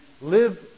live